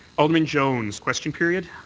alderman jones, question period?